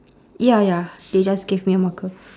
ya ya they just gave me a marker